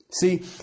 See